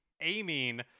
aiming